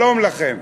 שלום לכם.